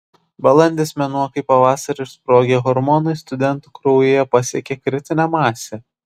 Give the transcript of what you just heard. balandis mėnuo kai pavasarį išsprogę hormonai studentų kraujyje pasiekia kritinę masę